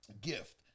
gift